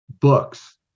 Books